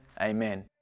amen